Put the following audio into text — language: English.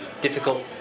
difficult